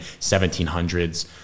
1700s